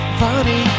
funny